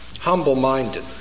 humble-minded